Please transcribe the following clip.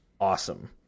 awesome